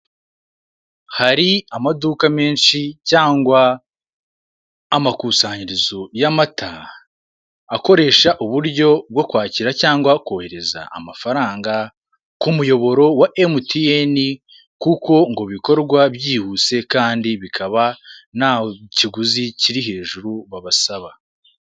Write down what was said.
Hari amaduka menshi cyangwa amakusanyirizo y'amata, akoresha uburyo bwo kwakira cyangwa kohereza amafaranga ku muyoboro wa MTN kuko ngo bikorwa byihuse kandi bikaba nta kiguzi kiri hejuru babasaba.